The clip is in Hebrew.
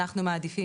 אנחנו מעדיפים,